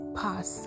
pass